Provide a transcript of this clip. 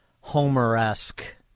Homer-esque